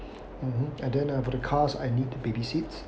mmhmm and then uh for the cars I need the baby seat